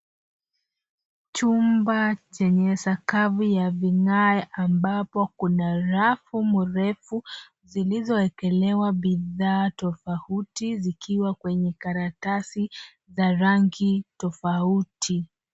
Chumba chenye sakafu ya vigae, ambapo kuna rafu mrefu zilizoekelewa bidhaa tofauti, zikiwa kwenye karatasi za rangi tofauti.